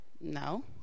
no